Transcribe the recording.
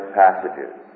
passages